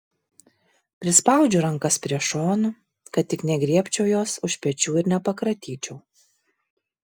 prispaudžiu rankas prie šonų kad tik negriebčiau jos už pečių ir nepakratyčiau